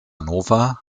nova